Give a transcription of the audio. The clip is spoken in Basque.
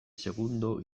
segundo